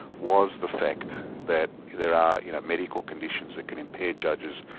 was the fact that there are you know medical conditions that can impair judges,